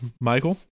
Michael